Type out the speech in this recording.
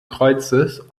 kreuzes